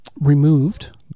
removed